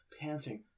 panting